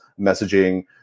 messaging